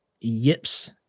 yips